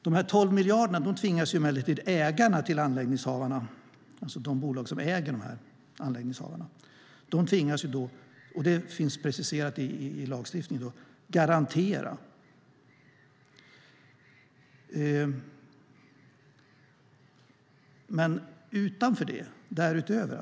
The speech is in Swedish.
De 12 miljarderna tvingas emellertid ägarna till anläggningshavarna - de bolag som äger anläggningshavarna - garantera, vilket är preciserat i lagstiftningen.